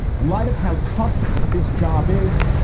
in light of how tough this job is.